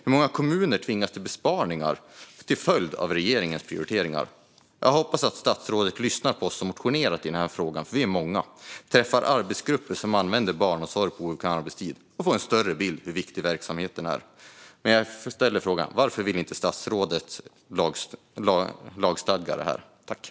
Hur många kommuner tvingas till besparingar till följd av regeringens prioriteringar? Jag hoppas att statsrådet lyssnar på oss som har motionerat i frågan, för vi är många. Jag träffar arbetsgrupper som använder barnomsorg på obekväma arbetstider och får en större bild över hur viktig verksamheten är. Jag ställer därför frågan: Varför vill inte statsrådet lagstadga denna verksamhet?